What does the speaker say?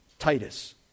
Titus